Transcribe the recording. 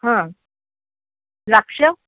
हां द्राक्षं